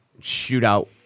shootout